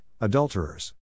adulterers